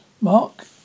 Mark